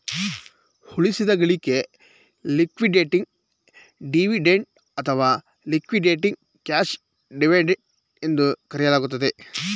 ಉಳಿಸಿದ ಗಳಿಕೆ liquidating dividend ಅಥವಾ ಲಿಕ್ವಿಡೇಟಿಂಗ್ ಕ್ಯಾಶ್ ಡಿವಿಡೆಂಡ್ ಎಂದು ಕರೆಯಲಾಗುತ್ತೆ